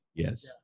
Yes